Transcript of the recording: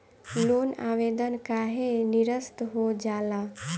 Loan आवेदन काहे नीरस्त हो जाला?